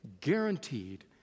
guaranteed